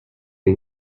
the